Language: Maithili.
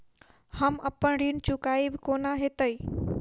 हम अप्पन ऋण चुकाइब कोना हैतय?